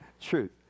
truth